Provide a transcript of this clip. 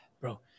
Bro